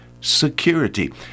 security